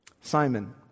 Simon